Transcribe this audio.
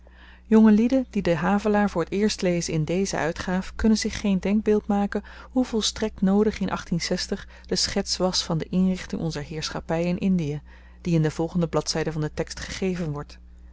jonge lieden die den havelaar voor eerst lezen in deze uitgaaf kunnen zich geen denkbeeld maken hoe volstrekt noodig in de schets was van de inrichting onzer heerschappy in indie die in de volgende bladzyden van den tekst gegeven wordt